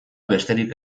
besterik